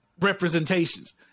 representations